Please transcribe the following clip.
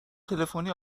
تلفنی